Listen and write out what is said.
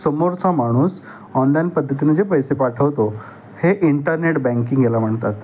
समोरचा माणूस ऑनलाईन पद्धतीने जे पैसे पाठवतो हे इंटरनेट बँकिंग हेला म्हणतात